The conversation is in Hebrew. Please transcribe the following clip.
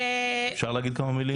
אפשר להגיד כמה מילים?